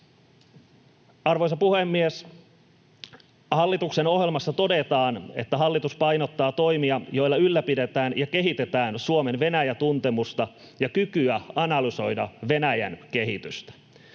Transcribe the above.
Arvoisa puhemies! Hallituksen ohjelmassa todetaan, että hallitus painottaa toimia, joilla ylläpidetään ja kehitetään Suomen Venäjä-tuntemusta ja kykyä analysoida Venäjän kehitystä.